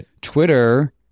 Twitter